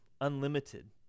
unlimited